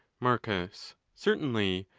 marcus. certainly,